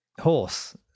horse